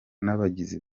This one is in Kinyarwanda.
n’abagizi